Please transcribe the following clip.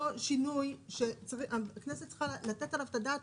אני לא יודעת אם זה לא שינוי שהכנסת צריכה לתת עליו את הדעת.